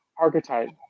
archetype